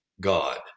God